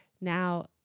Now